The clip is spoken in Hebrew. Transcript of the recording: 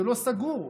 ולא סגור.